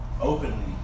openly